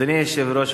אדוני היושב-ראש,